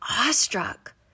awestruck